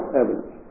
evidence